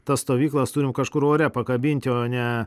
tas stovyklas turim kažkur ore pakabinti o ne